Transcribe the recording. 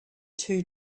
two